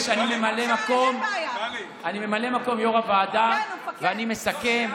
אני ממלא מקום יו"ר הוועדה ואני מסכם.